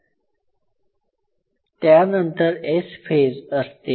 त्यानंतर S phase असते